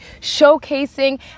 showcasing